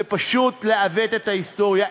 זה פשוט לעוות את ההיסטוריה.